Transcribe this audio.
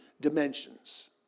dimensions